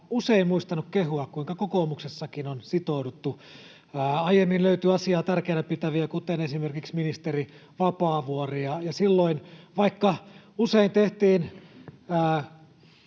usein muistanut kehua, kuinka kokoomuksessakin on sitouduttu. Aiemmin löytyi asiaa tärkeänä pitäviä, kuten esimerkiksi ministeri Vapaavuori, ja vaikka silloin usein tehtiin